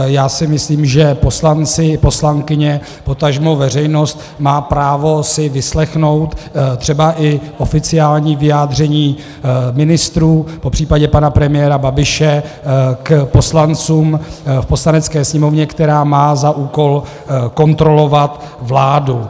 Já si myslím, že poslanci, poslankyně, potažmo veřejnost má právo si vyslechnout třeba i oficiální vyjádření ministrů, popřípadě pana premiéra Babiše k poslancům v Poslanecké sněmovně, která má za úkol kontrolovat vládu.